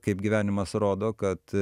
kaip gyvenimas rodo kad